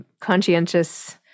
conscientious